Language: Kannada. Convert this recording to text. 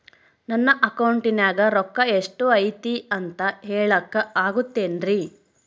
ನನ್ನ ಅಕೌಂಟಿನ್ಯಾಗ ರೊಕ್ಕ ಎಷ್ಟು ಐತಿ ಅಂತ ಹೇಳಕ ಆಗುತ್ತೆನ್ರಿ?